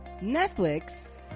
Netflix